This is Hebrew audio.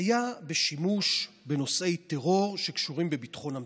היה בשימוש בנושאי טרור שקשורים בביטחון המדינה.